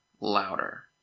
louder